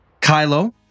Kylo